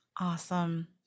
Awesome